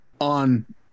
on